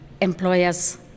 employers